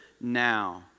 now